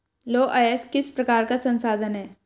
लौह अयस्क किस प्रकार का संसाधन है?